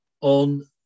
on